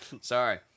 Sorry